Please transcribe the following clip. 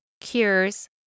cures